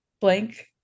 blank